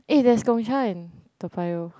eh there's Gong-Cha in Toa-Payoh